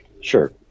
Sure